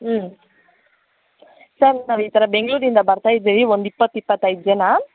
ಹ್ಞೂ ಸರ್ ನಾವು ಈ ಥರ ಬೆಂಗಳೂರಿಂದ ಬರ್ತಾ ಇದ್ದಿವಿ ಒಂದು ಇಪ್ಪತ್ತು ಇಪ್ಪತ್ತೈದು ಜನ